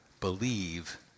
believe